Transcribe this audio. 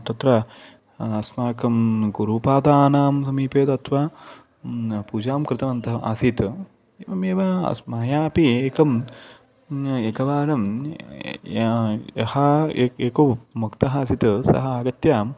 तत्र अस्माकं गुरुपादानां समीपे गत्वा पूजां कृतवन्तः आसीत् एवमेव अस्माकम् अपि एकम् एकवारं यः ए एकः मुक्तः आसीत् सः आगत्य